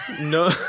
No